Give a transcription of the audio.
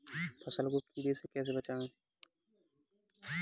फसल को कीड़े से कैसे बचाएँ?